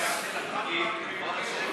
ההצעה להעביר את הצעת חוק הרשויות המקומיות (מימון בחירות)